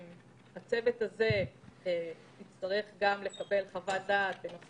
הצוות הזה יצטרך לקבל חוות דעת בנושא